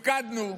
הפקדנו,